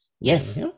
Yes